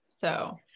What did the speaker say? So-